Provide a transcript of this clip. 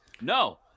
No